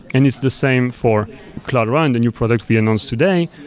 and it's the same for cloudrun, the new product we announced today,